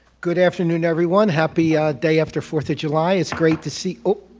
good afternoon everyone happy day after fourth july it's great to see.